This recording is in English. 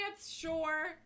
sure